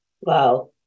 Wow